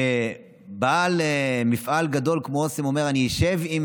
אם בעל מפעל גדול כמו אסם אומר: אני אשב עם